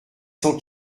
cent